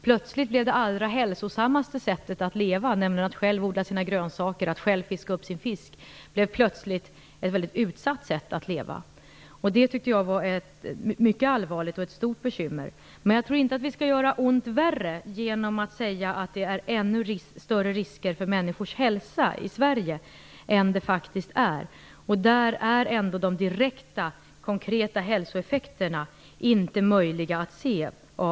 Plötsligt blev det allra hälsosammaste sättet att leva, nämligen att själv odla sina grönsaker och själv fiska upp sin fisk, ett mycket utsatt sätt att leva. Jag tyckte att det var mycket allvarligt och ett stort bekymmer. Men jag tror inte att vi skall göra ont värre genom att säga att det är ännu större risker för människors hälsa i Sverige än det faktiskt är. De direkta konkreta hälsoeffekterna av Tjernobyl är inte möjliga att se.